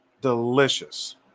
Delicious